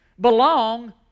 belong